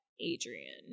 adrian